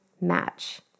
match